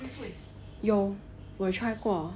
有我有 try 过